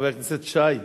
חבר הכנסת שי.